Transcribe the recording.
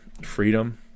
freedom